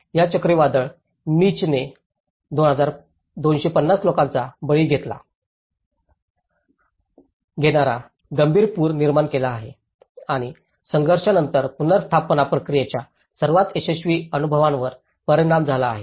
या चक्रीवादळ मिचने 250 लोकांचा बळी घेणारा गंभीर पूर निर्माण केला आहे आणि संघर्षानंतरच्या पुनर्स्थापना प्रक्रियेच्या सर्वात यशस्वी अनुभवांवर परिणाम झाला आहे